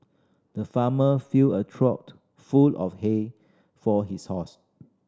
the farmer filled a full of hay for his horse